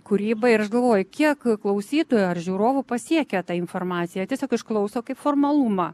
kūryba ir aš galvoju kiek klausytojų ar žiūrovų pasiekia ta informacija tiesiog išklauso kaip formalumą